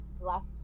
last